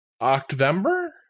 October